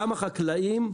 כמה חקלאים.